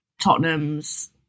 Tottenham's